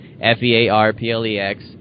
f-e-a-r-p-l-e-x